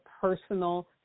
personal